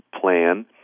plan